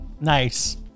Nice